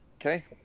Okay